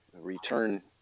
return